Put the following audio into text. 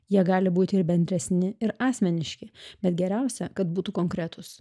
jie gali būti ir bendresni ir asmeniški bet geriausia kad būtų konkretūs